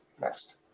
next